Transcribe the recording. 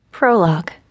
Prologue